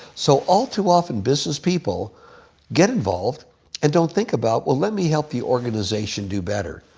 so all too often, business people get involved and don't think about, well, let me help the organization do better.